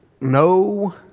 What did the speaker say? no